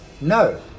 No